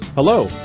hello,